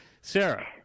sarah